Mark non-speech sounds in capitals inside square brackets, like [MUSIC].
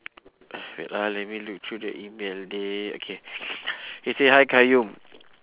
wait ah let me look through the email already okay [NOISE] they say hi qayyum